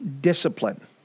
discipline